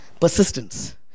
Persistence